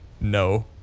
no